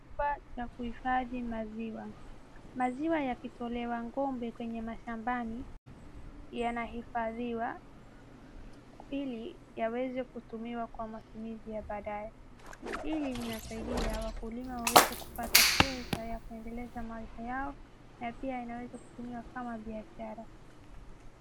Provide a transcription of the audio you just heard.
Kifaa cha kuhifadhi maziwa, maziwa yakitolewa ng'ombe, kwenye mashambani, yanahifadhiwa ili yaweze kutumiwa kwa matumizi ya baadae, hii inasaidia wakulima waweze kupata pesa ya kuendeleza maisha yao na pia yanaweza kutumiwa kama biashara.